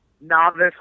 novice